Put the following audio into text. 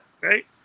Right